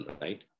right